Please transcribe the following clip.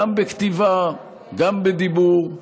גם בכתיבה, גם בדיבור,